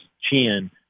chin